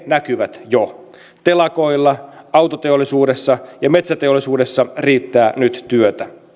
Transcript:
näkyvät jo telakoilla autoteollisuudessa ja metsäteollisuudessa riittää nyt työtä